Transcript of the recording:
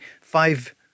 five